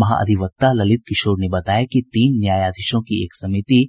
महाधिवक्ता ललित किशोर ने बताया कि तीन न्यायाधीशों की एक समिति